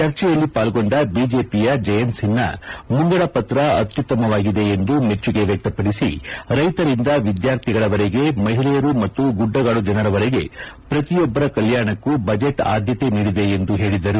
ಚರ್ಚೆಯಲ್ಲಿ ಪಾಲ್ಗೊಂಡ ಬಿಜೆಪಿಯ ಜಯಂತ್ ಸಿನ್ವಾ ಮುಂಗಡ ಪತ್ರ ಅತ್ಯುತ್ತಮವಾಗಿದೆ ಎಂದು ಮೆಚ್ಚುಗೆ ವ್ಯಕ್ತಪಡಿಸಿ ರೈತರಿಂದ ವಿದ್ಯಾರ್ಥಿಗಳವರೆಗೆ ಮಹಿಳೆಯರು ಮತ್ತು ಗುಡ್ಡಗಾಡು ಜನರವರೆಗೆ ಪ್ರತಿಯೊಬ್ಬರ ಕಲ್ಯಾಣಕ್ಕೂ ಬಜೆಟ್ ಆದ್ಖತೆ ನೀಡಿದೆ ಎಂದು ಹೇಳಿದರು